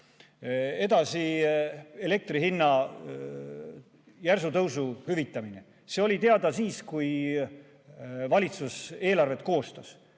Edasi, elektri hinna järsu tõusu hüvitamine. See oli teada siis, kui valitsus eelarvet koostas.